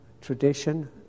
tradition